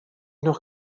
noch